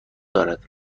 دارد